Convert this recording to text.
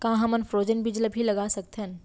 का हमन फ्रोजेन बीज ला भी लगा सकथन?